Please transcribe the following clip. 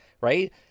right